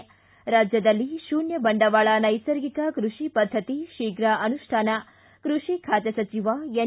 ಿ ರಾಜ್ಯದಲ್ಲಿ ಶೂನ್ಯ ಬಂಡವಾಳ ನೈಸರ್ಗಿಕ ಕೃಷಿ ಪದ್ಧತಿ ಶೀಘ್ರ ಅನುಷ್ಠಾನ ಕೃಷಿ ಖಾತೆ ಸಚಿವ ಎನ್